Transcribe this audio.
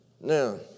Now